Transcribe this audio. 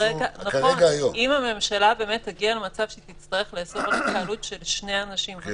אם הממשלה באמת תגיע למצב שהיא תצטרך לאסור על התקהלות של שני אנשים,